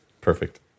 Perfect